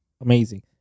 Amazing